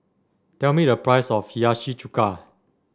tell me the price of Hiyashi Chuka